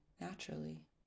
naturally